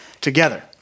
together